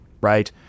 right